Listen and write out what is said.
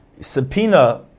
subpoena